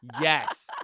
Yes